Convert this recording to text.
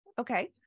Okay